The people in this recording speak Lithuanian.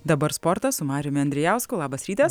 dabar sportas su mariumi andrijausku labas rytas